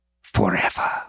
Forever